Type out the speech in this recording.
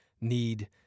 need